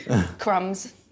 Crumbs